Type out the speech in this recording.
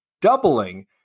doubling